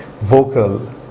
vocal